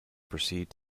proceed